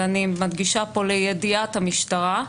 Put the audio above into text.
ואני מדגישה פה: לידיעת המשטרה,